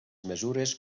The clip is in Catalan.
mesures